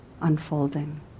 unfolding